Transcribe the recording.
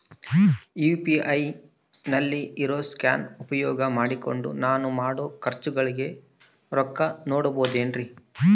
UPI ನಲ್ಲಿ ಇರೋ scan ಉಪಯೋಗ ಮಾಡಿಕೊಂಡು ನಾನು ಮಾಡೋ ಖರ್ಚುಗಳಿಗೆ ರೊಕ್ಕ ನೇಡಬಹುದೇನ್ರಿ?